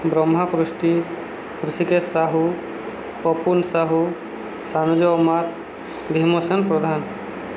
ବ୍ରହ୍ମା ପୃଷ୍ଟି କୃଷିକେଶ ସାହୁ ପପୁନ୍ ସାହୁ ସାନୁଜ ମଥ ଭୀମସେନ ପ୍ରଧାନ